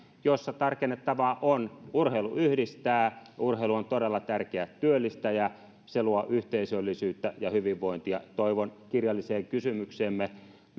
joissa tarkennettavaa on urheilu yhdistää ja urheilu on todella tärkeä työllistäjä se luo yhteisöllisyyttä ja hyvinvointia toivon kirjalliseen kysymykseemme